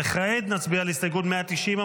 וכעת נצביע על הסתייגות 190?